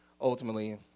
ultimately